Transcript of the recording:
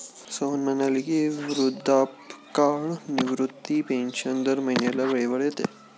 सोहन म्हणाले की, वृद्धापकाळ निवृत्ती पेन्शन दर महिन्याला वेळेवर येते